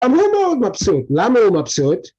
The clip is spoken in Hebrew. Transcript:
גם הוא מאוד מבסוט. למה הוא מבסוט?